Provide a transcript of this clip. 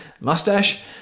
mustache